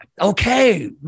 Okay